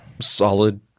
solid